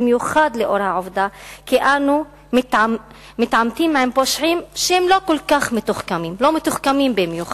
במיוחד לאור העובדה שאנו מתעמתים עם פושעים שהם לא מתוחכמים במיוחד,